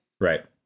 Right